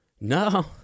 no